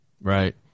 right